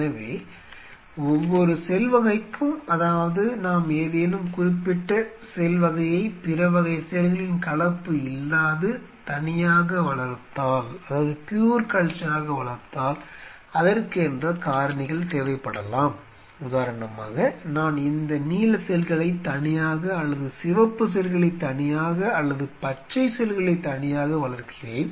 எனவே ஒவ்வொரு செல் வகைக்கும் அதாவது நாம் ஏதேனும் குறிப்பிட்ட செல் வகையை பிற வகை செல்களின் கலப்பு இல்லாது தனியாக வளர்த்தால் அதற்கென்ற காரணிகள் தேவைப்படலாம் உதாரணமாக நான் இந்த நீல செல்களைத் தனியாக அல்லது சிவப்பு செல்களைத் தனியாக அல்லது பச்சை செல்களைத் தனியாக வளர்க்கிறேன்